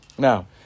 Now